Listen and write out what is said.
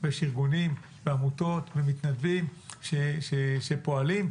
אבל יש ארגונים ועמותות ומתנדבים שפועלים.